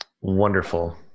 Wonderful